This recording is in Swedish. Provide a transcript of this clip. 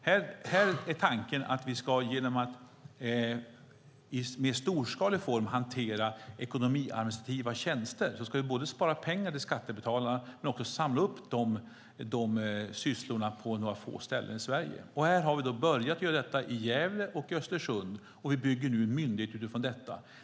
Här är tanken att vi, genom att i storskalig form hantera ekonomiadministrativa tjänster, ska spara pengar till skattebetalarna och samla upp de sysslorna på några få ställen i Sverige. Vi har börjat göra detta i Gävle och Östersund. Vi bygger nu en myndighet utifrån detta.